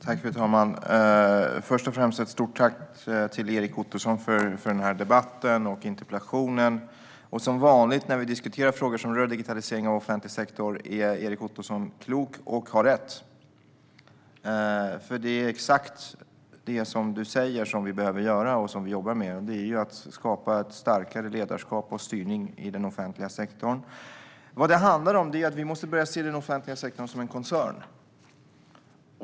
Fru ålderspresident! Först vill jag säga ett stort tack till Erik Ottoson för denna debatt och för interpellationen. Som vanligt när vi diskuterar frågor som rör digitaliseringen av offentlig sektor är Erik Ottoson klok och har rätt. Det är exakt det han säger som vi behöver göra och som vi jobbar med, nämligen att skapa starkare ledarskap och styrning i den offentliga sektorn. Vad det handlar om är att vi måste börja se den offentliga sektorn som en koncern.